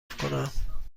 کنم